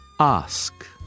Ask